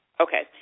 Okay